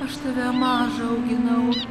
aš tave mažą auginau